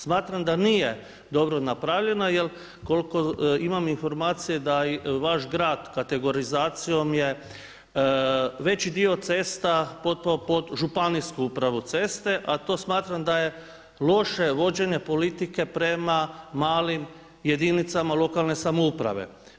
Smatram da nije dobro napravljeno, jer koliko imam informacije da i vaš grad kategorizacijom je veći dio cesta potpao pod županijsku upravu ceste, a to smatram da je loše vođenje politike prema malim jedinicama lokalne samouprave.